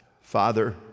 Father